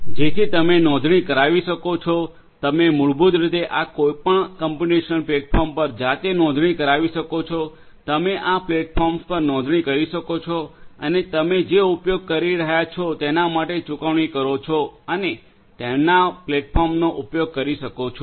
જેથી તમે નોંધણી કરાઈ શકો છો તમે મૂળભૂત રીતે આ કોઈપણ કોમ્પ્યુટેશનલ પ્લેટફોર્મ્સ પર જાતે નોંધણી કરાવી શકો છો તમે આ પ્લેટફોર્મ્સ પર નોંધણી કરી શકો છો અને તમે જે ઉપયોગ કરી રહ્યા છો તેના માટે ચૂકવણી કરો છો અને તેમના પ્લેટફોર્મનો ઉપયોગ કરી શકો છો